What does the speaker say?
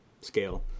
scale